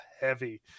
heavy